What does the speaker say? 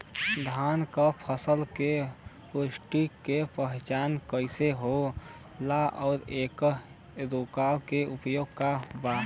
धान के फसल के फारेस्ट के पहचान कइसे होला और एके रोके के उपाय का बा?